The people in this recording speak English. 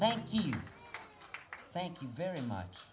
thank you thank you very much